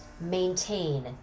maintain